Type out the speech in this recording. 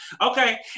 Okay